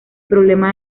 problema